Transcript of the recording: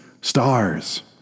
stars